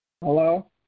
Hello